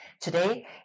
Today